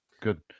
Good